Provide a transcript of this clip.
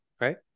right